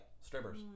strippers